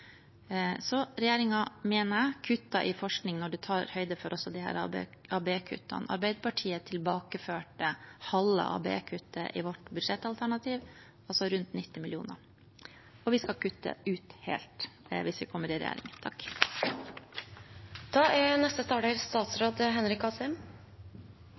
mener regjeringen kutter i forskning når man tar høyde også for disse ABE-kuttene. Arbeiderpartiet tilbakeførte halve ABE-kuttet i vårt budsjettalternativ, altså rundt 90 mill. kr, og vi skal tilbakeføre alt hvis vi kommer i regjering.